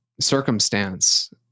circumstance